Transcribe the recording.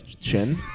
chin